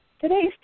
Today's